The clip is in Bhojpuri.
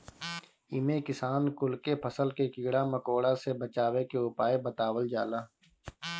इमे किसान कुल के फसल के कीड़ा मकोड़ा से बचावे के उपाय बतावल जाला